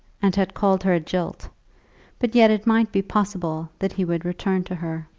and had called her a jilt but yet it might be possible that he would return to her.